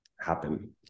happen